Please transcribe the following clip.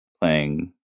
playing